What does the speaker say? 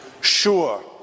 sure